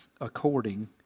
according